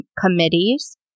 committees